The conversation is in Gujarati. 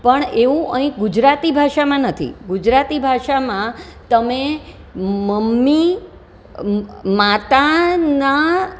પણ એવું અહીં ગુજરાતી ભાષામાં નથી ગુજરાતી ભાષામાં તમે મમ્મી માતાના